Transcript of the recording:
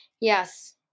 Yes